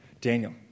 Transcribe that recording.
Daniel